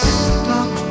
stop